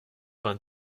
vingt